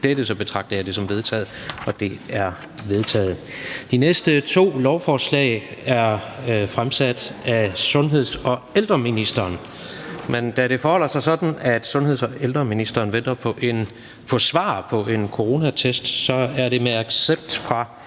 betragter jeg det som vedtaget. Det er vedtaget. De næste to lovforslag er fremsat af sundheds- og ældreministeren, men da det forholder sig sådan, at sundheds- og ældreministeren venter på svar på en coronatest, så er der med accept fra